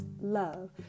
love